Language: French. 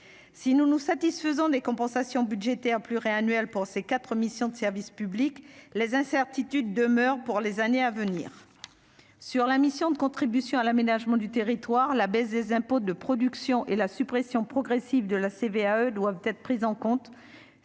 si nous nous satisfaisons des compensations budgétaires pluriannuels pour ces 4 missions de service public, les incertitudes demeurent pour les années à venir sur la mission de contribution à l'aménagement du territoire, la baisse des impôts, de production et la suppression progressive de la CVAE doivent être prises en compte,